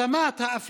בבקשה, עד 40 דקות.